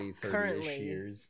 currently